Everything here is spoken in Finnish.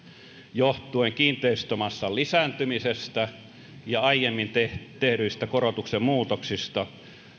johtuen kiinteistömassan lisääntymisestä ja aiemmin tehdyistä korotuksen muutoksista